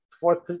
fourth